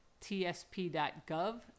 tsp.gov